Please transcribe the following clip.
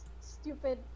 stupid